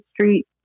Street